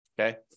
Okay